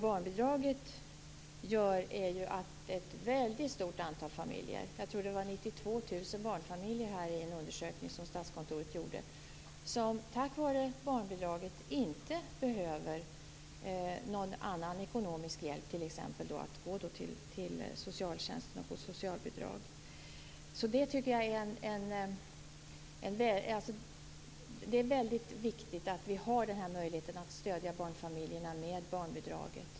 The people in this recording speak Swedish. Barnbidraget gör att ett stort antal familjer - 92 000 barnfamiljer enligt en undersökning av Statskontoret - inte behöver någon annan ekonomisk hjälp, t.ex. att få socialbidrag från socialtjänsten. Det är viktigt att möjligheten finns att stödja barnfamiljerna med barnbidraget.